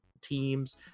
teams